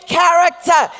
character